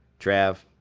trav,